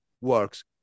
works